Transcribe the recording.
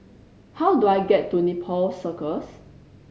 how do I get to Nepal Circus